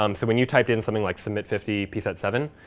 um so when you type in something like submit fifty p set seven,